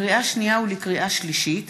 לקריאה שנייה ולקריאה שלישית: